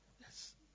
Yes